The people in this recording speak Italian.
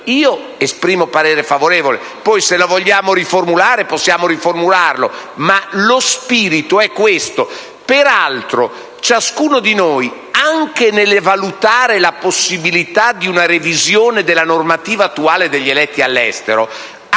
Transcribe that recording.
del giorno G1.150. Se poi vogliamo riformularlo, possiamo farlo, ma lo spirito è questo. Peraltro, ciascuno di noi, anche nel valutare la possibilità di una revisione della normativa attuale degli eletti all'estero,